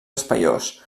espaiós